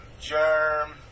Germ